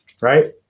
Right